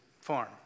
farm